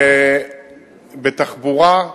ובתחבורה,